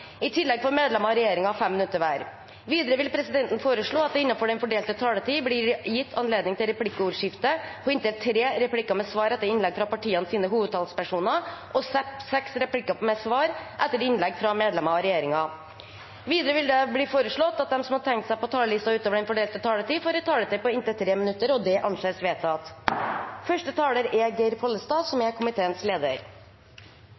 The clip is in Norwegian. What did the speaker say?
I tillegg får medlemmer av regjeringen 5 minutter hver. Videre vil presidenten foreslå at det – innenfor den fordelte taletid – blir gitt anledning til inntil tre replikker med svar etter innlegg fra partienes hovedtalspersoner og seks replikker med svar etter innlegg fra medlemmer av regjeringen. Videre blir det foreslått at de som måtte tegne seg på talerlisten utover den fordelte taletid, får en taletid på inntil 3 minutter. – Det anses vedtatt.